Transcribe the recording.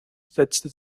setzte